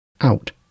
out